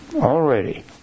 already